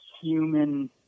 human